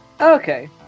Okay